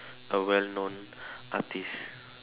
a well known artist